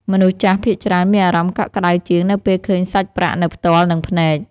មនុស្សចាស់ភាគច្រើនមានអារម្មណ៍កក់ក្តៅជាង នៅពេលឃើញសាច់ប្រាក់នៅផ្ទាល់នឹងភ្នែក។